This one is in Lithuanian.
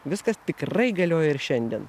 viskas tikrai galioja ir šiandien